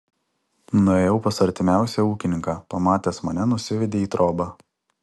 nuėjau pas artimiausią ūkininką pamatęs mane nusivedė į trobą